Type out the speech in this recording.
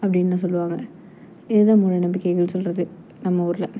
அப்படின்லாம் சொல்லுவாங்க இது தான் மூட நம்பிக்கைகள் சொல்லுறது நம்ம ஊரில்